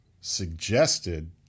suggested